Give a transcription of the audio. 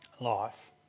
life